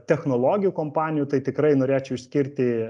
technologijų kompanijų tai tikrai norėčiau išskirti